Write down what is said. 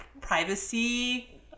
privacy